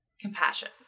compassion